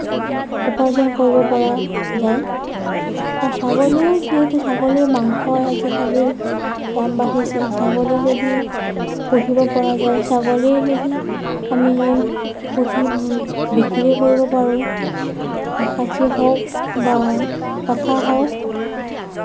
উপাৰ্জন কৰিব পৰা যায় আৰু ছাগলীও যিহেতু ছাগলীৰ মাংস আজিকালি দাম বাঢ়িছে ছাগলী যদি পুহিব পৰা যায় ছাগলী যদি আমি পুহি বিক্ৰী কৰিব পাৰোঁ খাচী হওঁক বা পঠা হওঁক